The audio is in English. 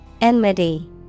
Enmity